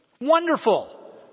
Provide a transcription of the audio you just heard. Wonderful